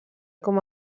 com